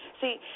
See